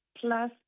Plus